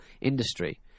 industry